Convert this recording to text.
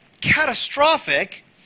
catastrophic